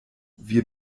wir